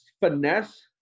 finesse